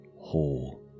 whole